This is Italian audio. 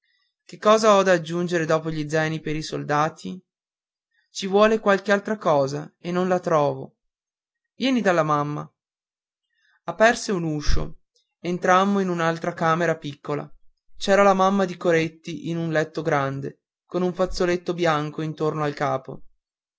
che cosa ho da aggiungere dopo gli zaini per i soldati ci vuole qualche altra cosa e non la trovo vieni dalla mamma aperse un uscio entrammo in un'altra camera piccola c'era la mamma di coretti in un letto grande con un fazzoletto bianco intorno al capo